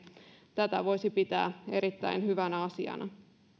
tätä voisi pitää erittäin hyvänä asiana